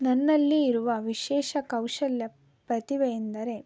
ನನ್ನಲ್ಲಿ ಇರುವ ವಿಶೇಷ ಕೌಶಲ್ಯ ಪ್ರತಿಭೆ ಎಂದರೆ